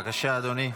בבקשה, אדוני.